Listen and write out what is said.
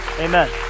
amen